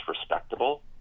respectable